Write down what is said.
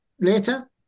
later